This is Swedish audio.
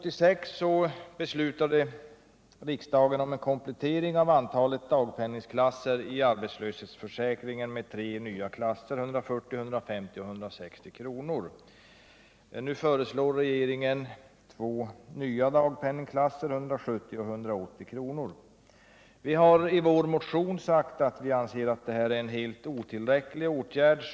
I vår motion säger vi att det här är en helt otillräcklig åtgärd.